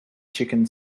chicken